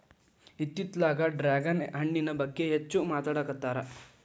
ಇತ್ತಿತ್ತಲಾಗ ಡ್ರ್ಯಾಗನ್ ಹಣ್ಣಿನ ಬಗ್ಗೆ ಹೆಚ್ಚು ಮಾತಾಡಾಕತ್ತಾರ